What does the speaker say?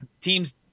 teams